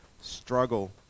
struggle